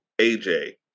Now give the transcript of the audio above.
AJ